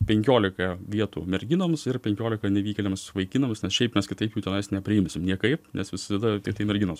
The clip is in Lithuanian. penkiolika vietų merginoms ir penkiolika nevykėliams vaikinams nes šiaip mes kitaip jų tenais nepriimsim niekaip nes visada tiktai merginos